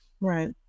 Right